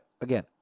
again